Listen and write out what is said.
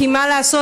כי מה לעשות,